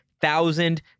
thousand